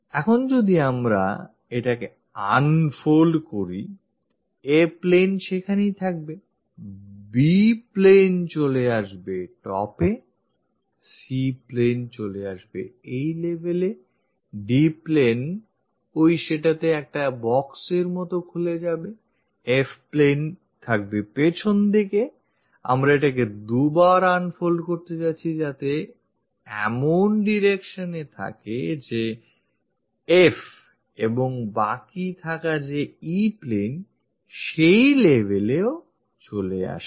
এখন যখন আমরা এটাকে খুলছি বা unfold করছিI A plane সেখানেই থাকবে B plane চলে আসবে top এ C plane চলে আসবে এই level এ D plane ওই সেটাতে একটা boxএর মতো খুলে যাবেI F plane থাকবে পেছনদিকে আমরা এটাকে দুবার unfold করতে যাচ্ছি যাতে তা এমন directionএ থাকে যে F এবং বাকি থাকা E plane সেই levelএ চলে আসে